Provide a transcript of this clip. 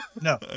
No